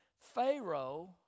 Pharaoh